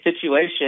situation